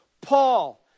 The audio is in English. Paul